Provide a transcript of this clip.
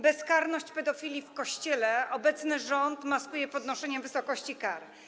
Bezkarność pedofili w Kościele obecny rząd maskuje podnoszeniem wysokości kar.